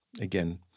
again